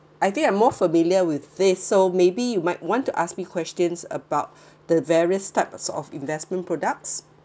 I think I'm more familiar with this so maybe you might want to ask me questions about the various types of investment products